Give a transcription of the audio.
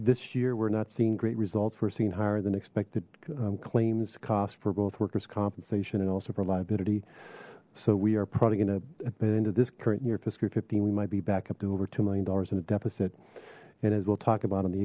this year we're not seeing great results we're seeing higher than expected claims costs for both workers compensation and also for liability so we are probably in a into this current year fiscal fifteen we might be back up to over two million dollars in a deficit and as we'll talk about on the